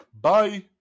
Bye